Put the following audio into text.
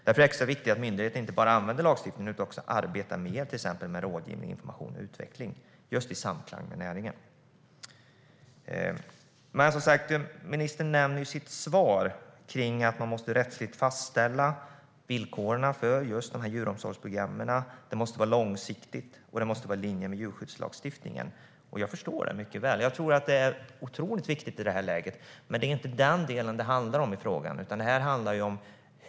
Därför är det extra viktigt att myndigheterna inte bara använder lagstiftningen utan också arbetar mer med till exempel rådgivning, information och utveckling i samklang med näringen. Ministern nämner i sitt svar att man måste rättsligt fastställa villkoren för djuromsorgsprogrammen. De måste vara långsiktiga och i linje med djurskyddslagstiftningen. Det förstår jag mycket väl, och jag tror att det är otroligt viktigt i det här läget. Men det är inte den delen frågan handlar om.